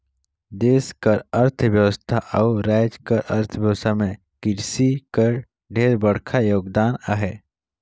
देस कर अर्थबेवस्था अउ राएज कर अर्थबेवस्था में किरसी कर ढेरे बड़खा योगदान अहे